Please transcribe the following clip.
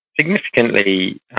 significantly